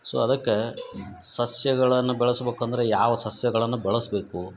so ಅದಕ್ಕೆ ಸಸ್ಯಗಳನ್ನ ಬೆಳಸ್ಬೇಕಂದ್ರ ಯಾವ ಸಸ್ಯಗಳನ್ನ ಬಳಸಬೇಕು